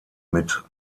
mit